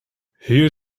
hier